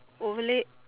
oh really